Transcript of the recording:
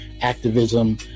activism